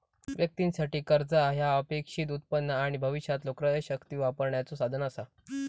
व्यक्तीं साठी, कर्जा ह्या अपेक्षित उत्पन्न आणि भविष्यातलो क्रयशक्ती वापरण्याचो साधन असा